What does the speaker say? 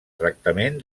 tractament